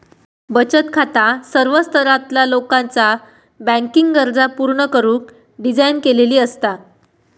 बचत खाता सर्व स्तरातला लोकाचा बँकिंग गरजा पूर्ण करुक डिझाइन केलेली असता